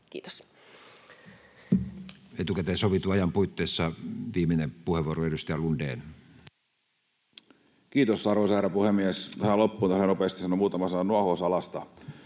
Kiitos. Etukäteen sovitun ajan puitteissa viimeinen puheenvuoro, edustaja Lundén. Kiitos, arvoisa herra puhemies! Tähän loppuun tahdon nopeasti sanoa muutaman sanan nuohousalasta.